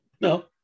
No